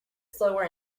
slower